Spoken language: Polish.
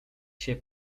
się